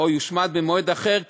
או יושמד במועד אחר,